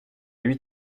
huit